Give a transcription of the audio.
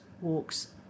walks